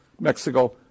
Mexico